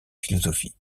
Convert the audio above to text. philosophie